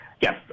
Yes